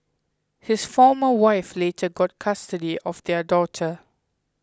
his former wife later got custody of their daughter